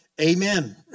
Amen